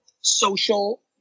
social